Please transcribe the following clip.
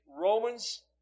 Romans